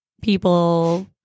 people